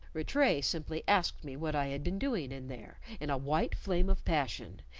rattray simply asked me what i had been doing in there, in a white flame of passion,